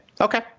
Okay